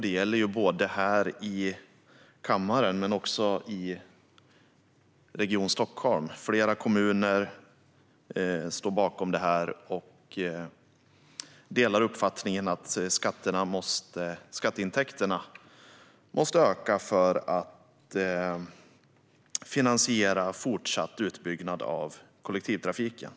Det gäller både här i kammaren och i Region Stockholm - flera kommuner står bakom detta och delar uppfattningen att skatteintäkterna måste öka för att finansiera fortsatt utbyggnad av kollektivtrafiken.